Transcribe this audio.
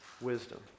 wisdom